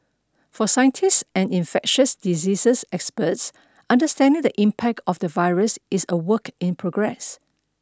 for scientists and infectious diseases experts understanding the impact of the virus is a work in progress